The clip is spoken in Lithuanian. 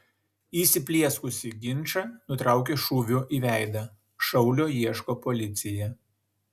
įsiplieskusį ginčą nutraukė šūviu į veidą šaulio ieško policija